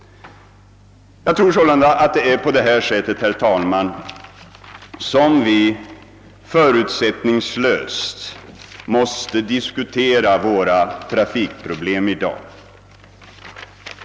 Jag tror sålunda att vi förutsättningslöst måste diskutera våra trafikvroblem.